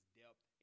depth